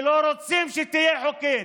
שלא רוצים שתהיה חוקית,